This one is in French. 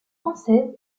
française